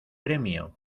premio